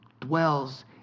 dwells